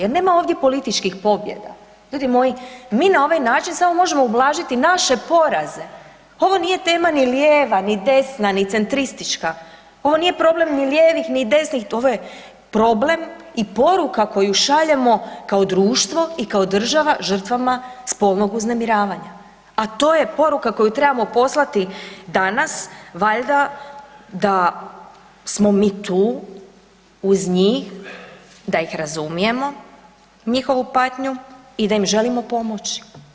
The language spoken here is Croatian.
Jer nema ovdje političkih pobjeda, ljudi moji, mi na ovaj način samo možemo ublažiti naše poraze, ovo nije tema ni lijeva ni desna, ni centristička, ovo nije problem ni lijevih ni desnih, ovo je problem i poruka koju šaljemo kao društvo i kao država žrtvama spolnog uznemiravanja a to je poruka koju trebamo poslati danas valjda da smo mi tu, uz njih, da oh razumijemo, njihovu patnju i da im želimo pomoći.